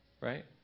right